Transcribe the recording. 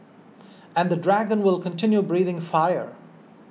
and the dragon will continue breathing fire